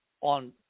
on